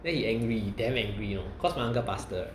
then he angry damn angry you know cause my uncle pastor